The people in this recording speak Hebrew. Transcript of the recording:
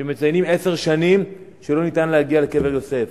מציינים עשר שנים שלא ניתן להגיע לקבר-יוסף.